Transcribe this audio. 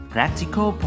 Practical